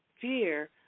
fear